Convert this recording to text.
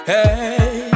Hey